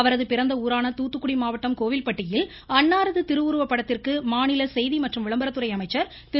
அவரது பிறந்த ஊரான தூத்துக்குடி மாவட்டம் கோவில்பட்டியில் அன்னாரது திருவுருவ படத்திற்கு மாநில செய்தி மற்றும் விளம்பத்துறை அமைச்சர் திரு